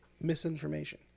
misinformation